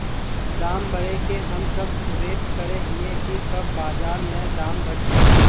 दाम बढ़े के हम सब वैट करे हिये की कब बाजार में दाम बढ़ते?